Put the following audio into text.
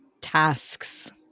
tasks